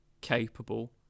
capable